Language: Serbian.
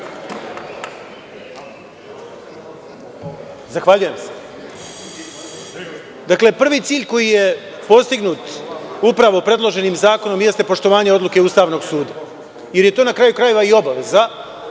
Hvala. Dakle, prvi cilj koji je postignut predloženim zakonom, jeste poštovanje odluke Ustavnog suda, jer je to na kraju krajeva i obaveza,